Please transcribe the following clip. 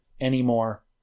anymore